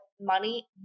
money